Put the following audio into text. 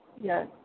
yes